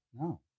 No